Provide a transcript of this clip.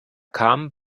kam